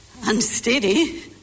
unsteady